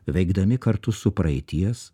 veikdami kartu su praeities